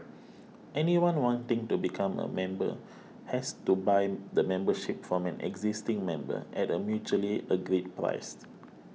anyone wanting to become a member has to buy the membership from an existing member at a mutually agreed priced